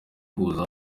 kuza